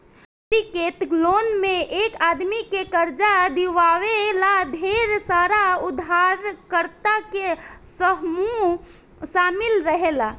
syndicate loan में एक आदमी के कर्जा दिवावे ला ढेर सारा उधारकर्ता के समूह शामिल रहेला